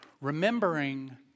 Remembering